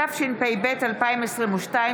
התשפ"ב 2022,